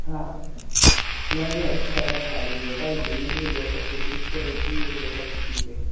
हाँ नहीं नहीं अच्छी जगह हैं सारी भोपाल घूमने के लिए बैक अप सिटीज तो ऐसी है बैक अप सिटी हैं